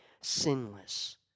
sinless